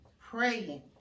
Praying